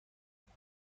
دارم